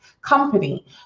company